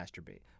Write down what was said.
masturbate